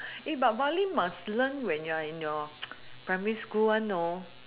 eh but violin must learn when you're in your primary school one know